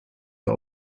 are